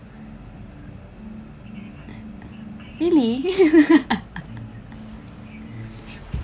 really